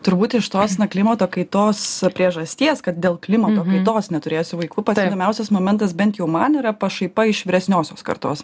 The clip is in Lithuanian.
turbūt iš tos klimato kaitos priežasties kad dėl klimato kaitos neturėsiu vaikų pats įdomiausias momentas bent jau man yra pašaipa iš vyresniosios kartos